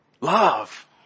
Love